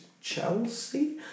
Chelsea